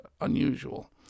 unusual